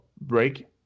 break